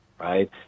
Right